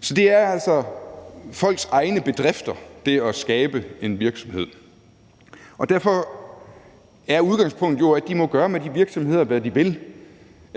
Så det er altså folks egne bedrifter at skabe en virksomhed, og derfor er udgangspunktet jo, at de må gøre med de virksomheder, hvad de vil,